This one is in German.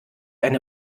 eine